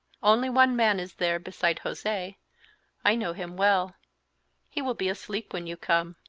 only one man is there beside jose i know him well he will be asleep when you come.